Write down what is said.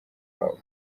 wabo